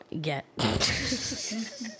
Get